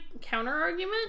counter-argument